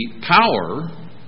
power